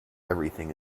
everything